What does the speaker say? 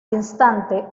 instante